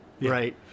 Right